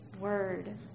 word